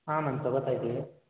ಹಾಂ ಮ್ಯಾಮ್ ತಗೊತಾ ಇದ್ದೀವಿ